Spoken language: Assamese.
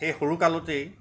সেই সৰু কালতেই